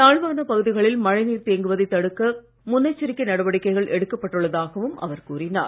தாழ்வான பகுதிகளில் மழைநீர் தேங்குவதை தடுக்க முன்னெச்சரிக்கை நடவடிக்கைகள் எடுக்கப்பட்டுள்ளதாகவும் அவர் கூறினார்